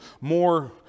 more